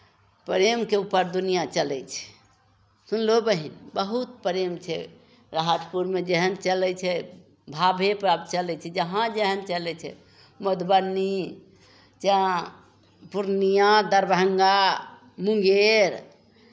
प्रेमके ऊपर दुनिआँ चलै छै सुनलहौ बहीन बहुत प्रेम छै राहतपुरमे जेहन चलै छै भावेपर चलै छै जहाँ जेहन चलै छै मधुबनी पूर्णियाँ दरभंगा मुंगेर